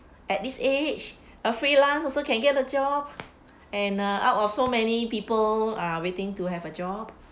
at this age a freelance also can get a job and uh out of so many people ah waiting to have a job